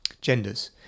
genders